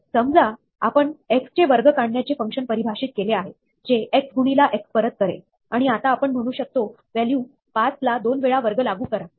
समजा आपण x चे वर्ग काढण्याचे फंक्शन परिभाषित केले आहेजे x गुणिले x परत करेल आणि आता आपण म्हणू शकतो व्हॅल्यू 5 ला दोन वेळा वर्ग लागू करा